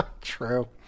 True